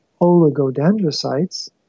oligodendrocytes